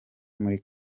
muri